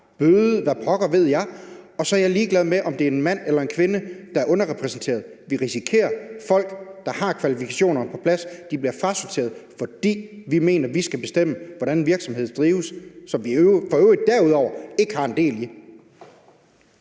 eller hvad pokker ved jeg. Jeg er ligeglad med, om det er en mand eller en kvinde, der er den underrepræsenterede. Vi risikerer, at folk, der har kvalifikationerne på plads, bliver frasorteret, fordi vi mener, at vi skal bestemme, hvordan en virksomhed, som vi for øvrigt ikke har del i,